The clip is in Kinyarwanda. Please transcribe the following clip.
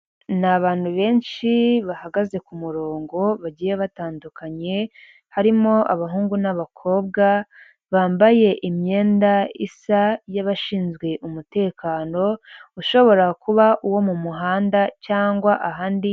Ni abantu benshi bahagaze ku murongo bagiye batandukanye, harimo abahungu n'abakobwa bambaye imyenda isa y'abashinzwe umutekano, ushobora kuba uwo mu muhanda cyangwa ahandi.